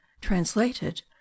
translated